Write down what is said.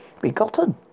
Begotten